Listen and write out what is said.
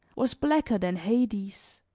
was blacker than hades